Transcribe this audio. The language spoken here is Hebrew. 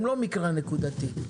הם לא מקרה נקודתי,